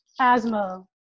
asthma